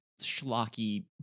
schlocky